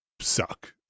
suck